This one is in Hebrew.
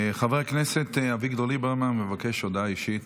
חבר הכנסת אביגדור ליברמן מבקש הודעה אישית,